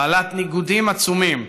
ובעלת ניגודים עצומים: